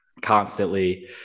constantly